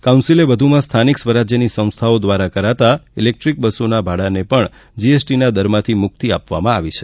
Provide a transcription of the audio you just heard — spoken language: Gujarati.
કાઉન્સીલે વધુમાં સ્થાનિક સ્વરાજ્યની સંસ્થાઓ દ્વારા કરાતા ઇલેક્ટ્રીક બસોના ભાડાને પણ જીએસટીના દરમાંથી મુક્તિ આપવામાં આવી છે